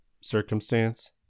circumstance